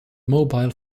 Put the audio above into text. mobile